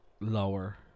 lower